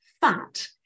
fat